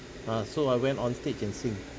ah so I went on stage and sing